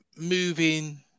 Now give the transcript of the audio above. moving